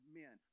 men